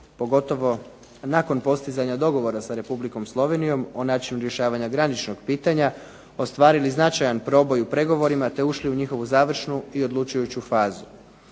pogotovo nakon postizanja dogovora sa Republikom Slovenijom o načinu rješavanja graničnog pitanja ostvarili značajan proboj u pregovorima i ušli u njihovu završnu i odlučujuću fazu.